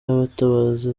y’abatabazi